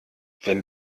wenn